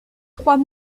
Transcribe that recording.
trois